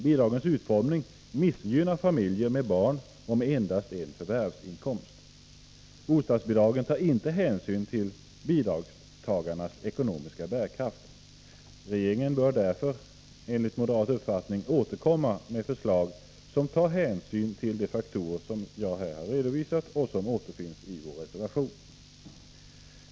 Bidragens utformning missgynnar familjer med barn och med endast en förvärvsinkomst. Bostadsbidragen tar inte hänsyn till bidragstagarens ekonomiska bärkraft. Regeringen bör därför, enligt moderat uppfattning, återkomma med förslag som tar hänsyn till de faktorer som jag här har redovisat och som återfinns i vår reservation.